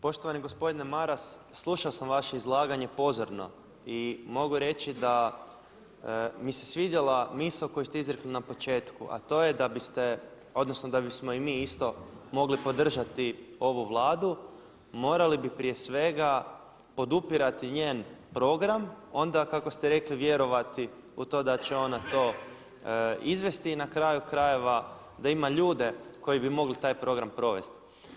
Poštovani gospodine Maras, slušao sam vaše izlaganje pozorno i mogu reći da mi se svidjela misao koju ste izrekli na početku, a to je da biste odnosno da bismo i mi isto mogli podržati ovu Vladu morali bi prije svega podupirati njen program, onda kako ste rekli, vjerovati u to da će ona to izvesti i na kraju krajeva da ima ljude koji bi mogli taj program provesti.